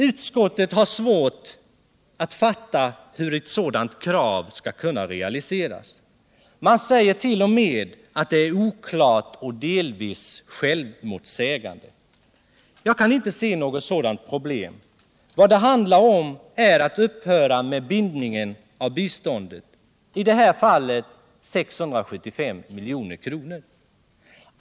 Utskottet har svårt att fatta hur ett sådant krav skall kunna realiseras. Man säger t.o.m. att det är oklart och delvis självmotsägande. Jag kan inte se något sådant problem. Vad det handlar om är att upphöra med bindningen av biståndet, i det här fallet 675 milj.kr.